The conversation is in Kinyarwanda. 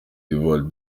d’ivoire